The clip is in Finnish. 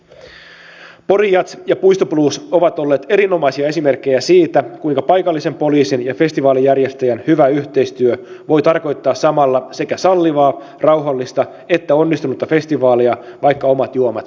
pori jazz ja puistoblues ovat olleet erinomaisia esimerkkejä siitä kuinka paikallisen poliisin ja festivaalijärjestäjän hyvä yhteistyö voi tarkoittaa samalla sekä sallivaa rauhallista että onnistunutta festivaalia vaikka omat juomat olisi sallittu